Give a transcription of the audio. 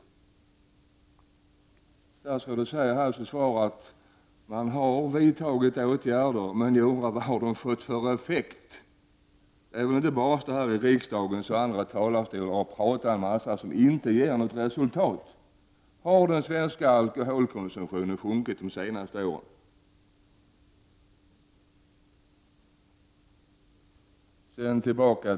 Statsrådet säger i sitt svar att man har vidtagit åtgärder. Men vad har de fått för effekt? Det är väl inte bara att stå i riksdagens och andra talarstolar och prata en massa som inte ger något resultat? Har den svenska alkoholkonsumtionen sjunkit de senaste åren? Herr talman!